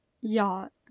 Yacht